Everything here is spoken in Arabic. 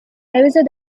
يوجد